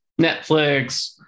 Netflix